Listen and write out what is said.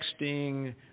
texting